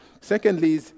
Secondly